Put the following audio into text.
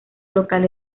local